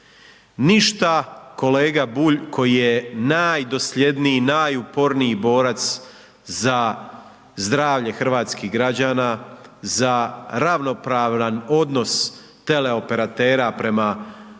Ništa kolega Bulj, koji je najdosljedniji, najuporniji borac za zdravlje hrvatskih građana, za ravnopravan odnos teleoperatera, prema Hrvatskoj